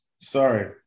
Sorry